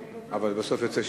אבל בסוף יוצא שמן.